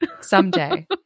Someday